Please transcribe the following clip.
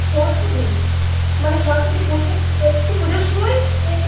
পরশু দিন মানে সরস্বতী পুজোর সরস্বতী পুজোর সময় মানে